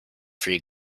free